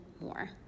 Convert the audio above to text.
more